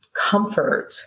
comfort